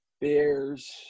Bears